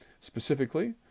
Specifically